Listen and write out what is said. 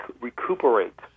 recuperate